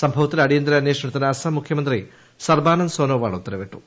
സംഭവത്തിൽ അടിയന്തര അന്വേഷണത്തിന് അസം മുഖ്യമന്ത്രി സർബാനന്ദ് സോനോവാൾ ഉത്തരവിട്ടു